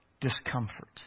discomfort